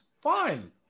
fine